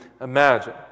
imagine